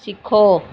ਸਿੱਖੋ